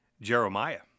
Jeremiah